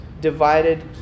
Divided